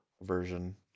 version